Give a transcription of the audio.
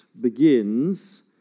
begins